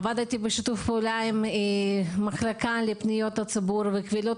עבדתי בשיתוף פעולה עם המחלקה לפניות הציבור וקבילות